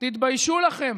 תתביישו לכם,